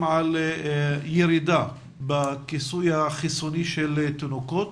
על ירידה בכיסוי החיסוני של תינוקות,